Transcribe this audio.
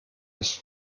ist